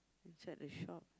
so at the shop